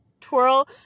twirl